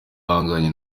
ahanganye